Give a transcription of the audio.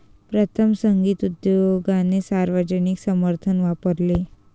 प्रथम, संगीत उद्योगाने सार्वजनिक समर्थन वापरले